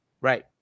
Right